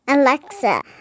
Alexa